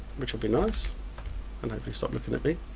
which would be nice and hopefully stop looking at me.